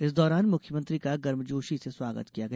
इस दौरान मुख्यमंत्री का गर्मजोशी से स्वागत किया गया